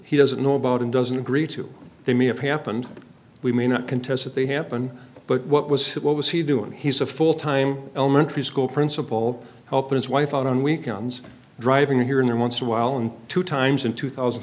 he doesn't know about and doesn't agree to they may have happened we may not contest that they happen but what was what was he doing he's a full time elementary school principal helping his wife out on weekends driving here in there once a while and two times in two thousand